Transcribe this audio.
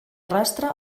rastre